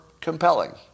compelling